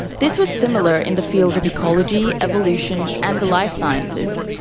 this was similar in the fields of ecology, evolution and the life sciences,